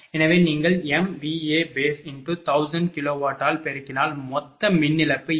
எனவே நீங்கள்MVA base×1000 kW ஆல் பெருக்கினால் மொத்த மின் இழப்பு SPLoss0